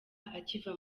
akiva